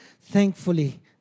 Thankfully